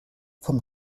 vom